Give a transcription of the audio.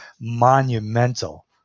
monumental